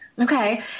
Okay